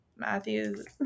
Matthews